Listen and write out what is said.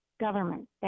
government